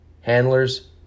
handlers